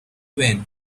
wind